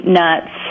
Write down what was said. nuts